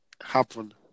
happen